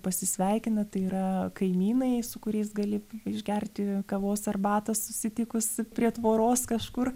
pasisveikina tai yra kaimynai su kuriais gali išgerti kavos arbatos susitikus prie tvoros kažkur